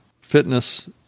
Fitness